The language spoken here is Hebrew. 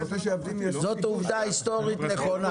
זאת עובדה היסטורית נכונה.